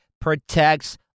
protects